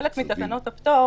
חלק מתקנות הפטור